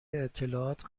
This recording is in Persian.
اطلاعات